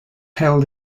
held